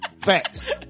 Facts